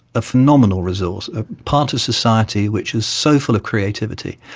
a phenomenal resource, ah part of society which is so full of creativity,